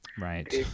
Right